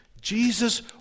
Jesus